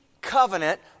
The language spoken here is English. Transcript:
covenant